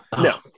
no